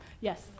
Yes